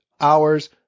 hours